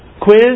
quiz